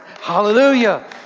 Hallelujah